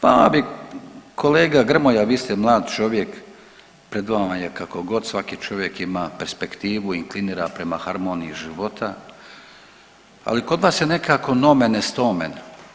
Vama bi kolega Grmoja vi ste mlad čovjek, pred vama je kako god svaki čovjek ima perspektivu i … [[ne razumije se]] prema harmoniji života, ali kod vas je nekako nomen est omen.